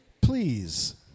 please